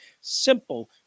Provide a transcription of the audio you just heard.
Simple